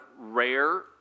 rare